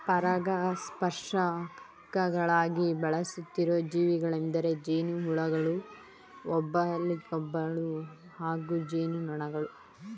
ಪರಾಗಸ್ಪರ್ಶಕಗಳಾಗಿ ಬಳಸುತ್ತಿರೋ ಜೀವಿಗಳೆಂದರೆ ಜೇನುಹುಳುಗಳು ಬಂಬಲ್ಬೀಗಳು ಹಾಗೂ ಜೇನುನೊಣಗಳು